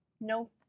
no